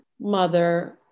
mother